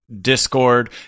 Discord